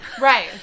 Right